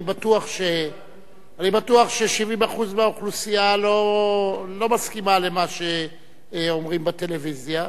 אני בטוח ש-70% מהאוכלוסייה לא מסכימה למה שאומרים בטלוויזיה.